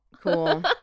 Cool